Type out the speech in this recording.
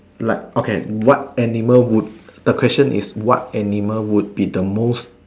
like okay what animal would the question is what animal would be the most